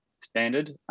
standard